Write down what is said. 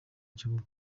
kibuga